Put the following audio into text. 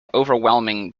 overwhelming